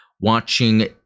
watching